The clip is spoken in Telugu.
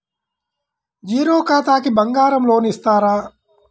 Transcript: జీరో ఖాతాకి బంగారం లోన్ ఇస్తారా?